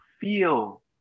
feel